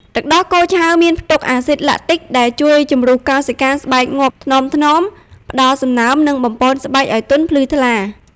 ទឹកដោះគោឆៅមានផ្ទុកអាស៊ីដ ឡាក់ទិក (lactic) ដែលជួយជម្រុះកោសិកាស្បែកងាប់ថ្នមៗ ផ្តល់សំណើម និងបំប៉នស្បែកឲ្យទន់ភ្លឺថ្លា។